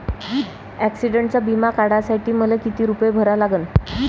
ॲक्सिडंटचा बिमा काढा साठी मले किती रूपे भरा लागन?